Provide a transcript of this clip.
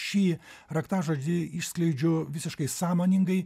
šį raktažodį išskleidžiu visiškai sąmoningai